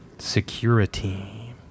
Security